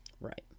Right